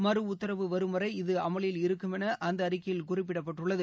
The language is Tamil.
மறு உத்தரவு வரும் வரை இது அமலில் இருக்குமெனஅந்தஅறிக்கையில் குறிப்பிடப்பட்டுள்ளது